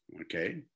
Okay